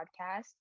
podcast